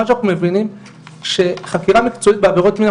מה שאנחנו מבינים שחקירה מקצועית בעבירות מין,